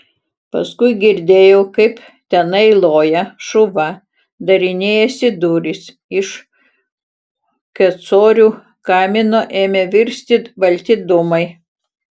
paskui girdėjau kaip tenai loja šuva darinėjasi durys iš kecorių kamino ėmė virsti balti dūmai